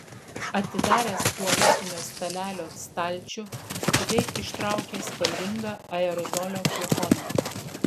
atidaręs tualetinio stalelio stalčių skubiai ištraukė spalvingą aerozolio flakoną